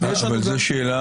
זו שאלה